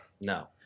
No